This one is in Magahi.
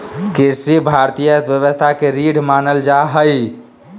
कृषि भारतीय अर्थव्यवस्था के रीढ़ मानल जा हइ